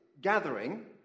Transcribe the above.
gathering